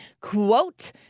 quote